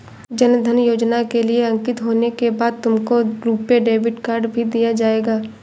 जन धन योजना के लिए अंकित होने के बाद तुमको रुपे डेबिट कार्ड भी दिया जाएगा